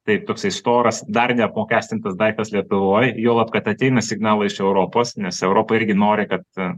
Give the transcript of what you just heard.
taip toksai storas dar neapmokestintas daiktas lietuvoj juolab kad ateina signalai iš europos nes europa irgi nori kad